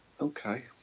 Okay